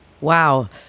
Wow